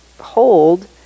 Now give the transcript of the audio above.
hold